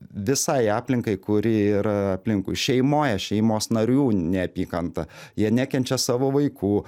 visai aplinkai kuri yra aplinkui šeimoj šeimos narių neapykanta jie nekenčia savo vaikų